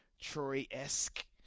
Troy-esque